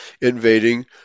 invading